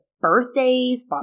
birthdays